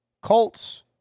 Colts